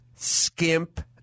skimp